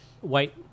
white